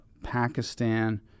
pakistan